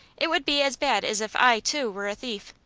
it would be as bad as if i, too, were a thief.